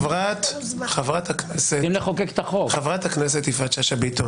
חברות הכנסת שאשא ביטון